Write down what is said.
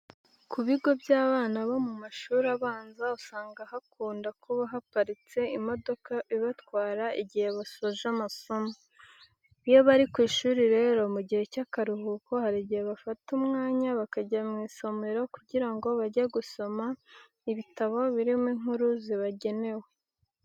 Ku bigo by'abana bo mu mashuri abanza usanga hakunda kuba haparitse imodoka ibatwara igihe basoje amasomo. Iyo bari ku ishuri rero mu gihe cy'akaruhuko, hari igihe bafata umwanya bakajya mu isomero kugira ngo bajye gusoma ibitabo birimo inkuru zibagenewe.